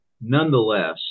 nonetheless